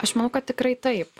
aš manau kad tikrai taip